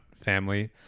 family